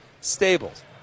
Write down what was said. Stables